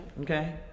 Okay